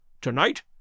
Tonight